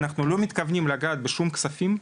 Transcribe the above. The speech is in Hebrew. אנחנו לא מתכוונים לגעת בשום כספים,